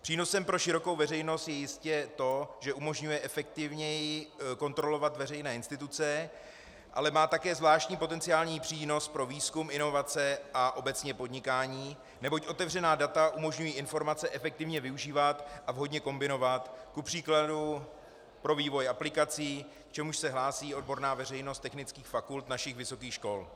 Přínosem pro širokou veřejnost je jistě to, že umožňuje efektivněji kontrolovat veřejné instituce, ale má také zvláštní potenciální přínos pro výzkum, inovace a obecně podnikání, neboť otevřená data umožňují informace efektivně využívat a vhodně kombinovat kupř. pro vývoj aplikací, k čemuž se hlásí odborná veřejnost technických fakult našich vysokých škol.